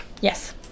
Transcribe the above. Yes